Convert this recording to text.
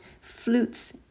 flutes